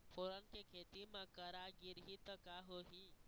फोरन के खेती म करा गिरही त का होही?